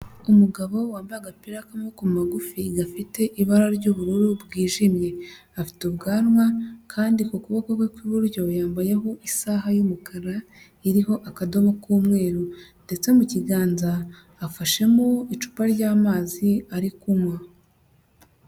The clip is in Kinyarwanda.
Umugabo wambaye agapira k'amaboko magufi gafite ibara ry'ubururu bwijimye, afite ubwanwa kandi ku kuboko kwe kw'iburyo yambayeho isaha y'umukara iriho akadomo k'umweru ndetse mu kiganza afashemo icupa ry'amazi ari kunywa.